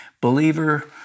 believer